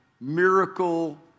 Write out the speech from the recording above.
miracle